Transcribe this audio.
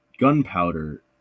gunpowder